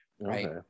right